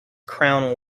crown